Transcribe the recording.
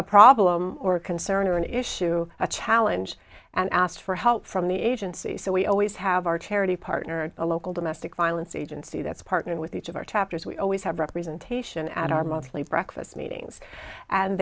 a problem or a concern or an issue a challenge and asked for help from the agency so we always have our charity partner and a local domestic violence agency that's partnered with each of our chapters we always have representation at our monthly breakfast meetings and